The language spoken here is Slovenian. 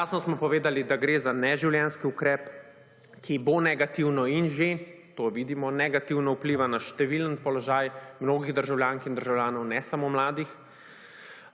Jasno smo povedali, da gre za neživljenjski ukrep, ki bo negativno in že, to vidimo, negativno vpliva na številen položaj mnogih državljank in državljanov, ne samo mladih.